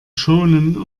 schonen